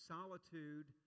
Solitude